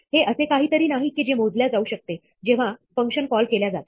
हे असे काहीतरी नाही की जे मोजल्या जाऊ शकते जेव्हा फंक्शन कॉल केल्या जाते